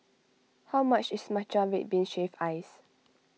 how much is Matcha Red Bean Shaved Ice